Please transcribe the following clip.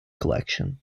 collection